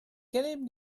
gennym